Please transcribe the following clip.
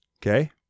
Okay